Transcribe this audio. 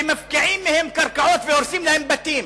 שמפקיעים מהם קרקעות והורסים להם בתים,